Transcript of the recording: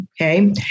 Okay